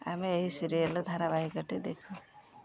ଆମେ ଏହି ସିରିଏଲ୍ ଧାରାବାହିକଟି ଦେଖୁ